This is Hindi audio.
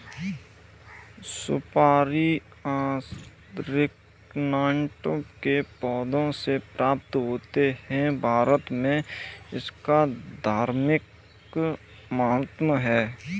सुपारी अरीकानट के पौधों से प्राप्त होते हैं भारत में इसका धार्मिक महत्व है